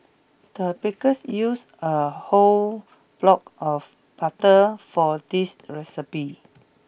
the bakers use a whole block of butter for this recipe